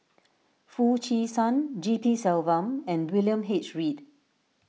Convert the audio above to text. Foo Chee San G P Selvam and William H Read